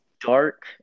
dark